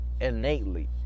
innately